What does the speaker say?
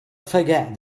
forget